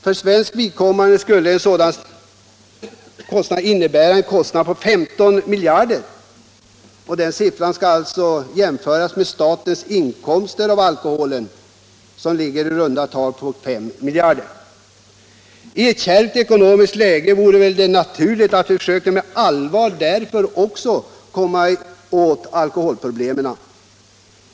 För svenskt vidkommande skulle detta innebära en kostnad på 15 miljarder. Denna siffra skall jämföras med statens inkomster av alkoholen, som ligger på ungefär 5 miljarder. I ett kärvt ekonomiskt läge vore det därför naturligt om vi också på allvar försökte komma åt alkoholproblemet.